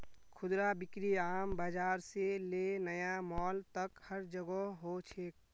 खुदरा बिक्री आम बाजार से ले नया मॉल तक हर जोगह हो छेक